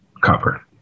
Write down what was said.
cover